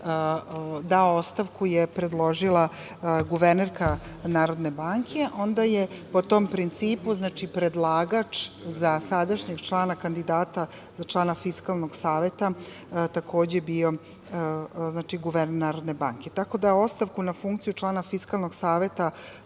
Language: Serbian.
dao ostavku je predložila guvernerka Narodne banke, onda je po tom principu predlagač za sadašnjeg člana kandidata za člana Fiskalnog saveta takođe bio guverner Narodne banke. Tako da, ostavku na funkciju člana Fiskalnog saveta